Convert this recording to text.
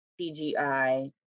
CGI